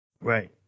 Right